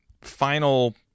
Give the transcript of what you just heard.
final